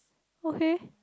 okay